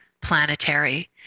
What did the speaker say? planetary